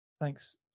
Thanks